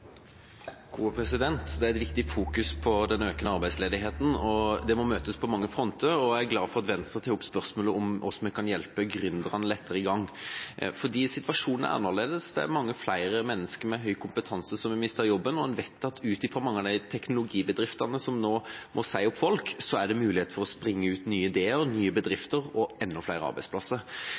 et viktig fokus på den økende arbeidsledigheten, og den må møtes på mange fronter. Jeg er glad for at Venstre tar opp spørsmålet om hvordan vi kan hjelpe gründerne lettere i gang, for situasjonen er annerledes. Det er mange flere mennesker med høy kompetanse som har mistet jobben, og en vet at ut fra mange av de teknologibedriftene som nå må si opp folk, er det mulighet for at det springer ut nye ideer, nye bedrifter og enda flere arbeidsplasser.